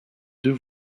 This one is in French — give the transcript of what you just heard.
deux